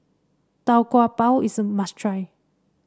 Tau Kwa Pau is a must try